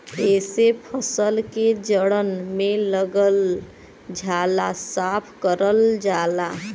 एसे फसल के जड़न में लगल झाला साफ करल जाला